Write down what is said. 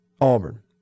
Auburn